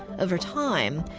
over time,